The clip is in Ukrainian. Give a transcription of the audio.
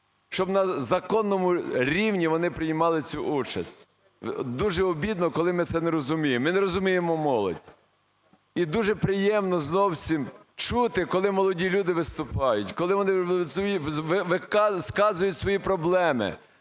щоб на законному рівні вони приймали цю участь. Дуже обідно, коли ми це не розуміємо, ми не розуміємо, молодь. І дуже приємно зовсім чути, коли молоді люди виступають, коли вони виказують свої проблеми.